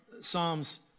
Psalms